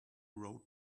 road